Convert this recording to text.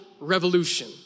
revolution